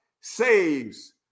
saves